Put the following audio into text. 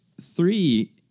three